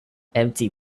empty